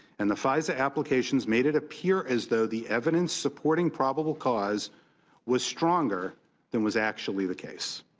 and the fisa applications made it appear as though the evidence supporting probable cause was stronger than was actually the case.